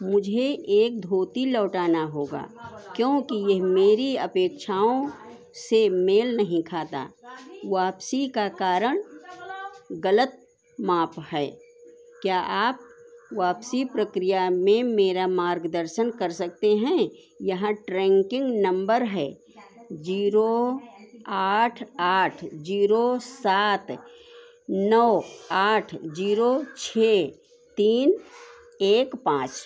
मुझे एक धोती लौटाना होगा क्योंकि यह मेरी अपेक्षाओं से मेल नहीं खाता वापसी का कारण गलत माप है क्या आप वापसी प्रक्रिया में मेरा मार्गदर्शन कर सकते हैं यहाँ ट्रैंकिंग नंबर है जीरो आठ आठ जीरो सात नौ आठ जीरो छः तीन एक पाँच